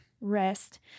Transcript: rest